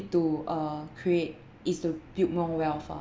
to uh create is to build more wealth ah